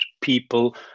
people